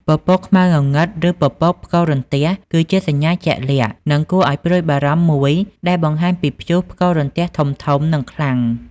ពពកខ្មៅងងឹត ឬពពកផ្គររន្ទះ គឺជាសញ្ញាជាក់លាក់ និងគួរឱ្យព្រួយបារម្ភមួយដែលបង្ហាញពីព្យុះផ្គររន្ទះធំៗ និងខ្លាំង។